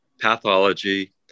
pathology